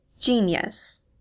Genius